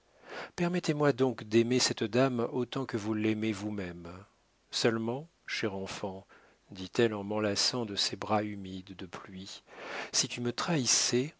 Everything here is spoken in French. permettez-moi donc d'aimer cette dame autant que vous l'aimez vous-même seulement cher enfant dit-elle en m'enlaçant de ses bras humides de pluie si tu me trahissais